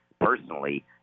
Personally